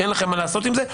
כי אין לכם מה לעשות עם זה,